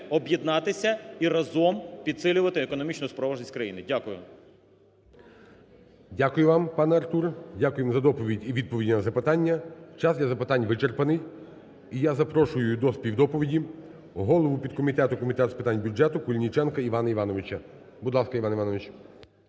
об'єднатися і разом підсилювати економічну спроможність країни. Дякую. ГОЛОВУЮЧИЙ. Дякую вам, пане Артуре, дякуємо за доповідь і відповіді на запитання. Час для запитань вичерпаний, і я запрошую для співдоповіді голову підкомітету Комітету з питань бюджету Куліченка Івана Івановича. Будь ласка, Іван Іванович.